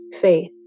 faith